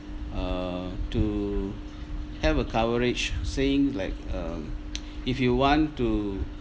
err to have a coverage say like um if you want to